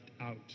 out